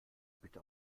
bitte